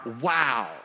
wow